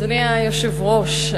אדוני היושב-ראש,